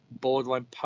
borderline